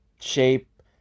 shape